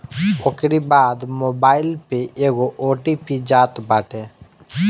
ओकरी बाद मोबाईल पे एगो ओ.टी.पी जात बाटे